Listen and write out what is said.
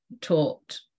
taught